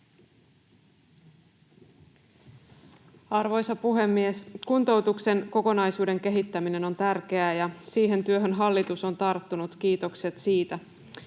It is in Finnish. Arvoisa puhemies! Kuntoutuksen kokonaisuuden kehittäminen on tärkeää, ja siihen työhön hallitus on tarttunut — kiitokset siitä.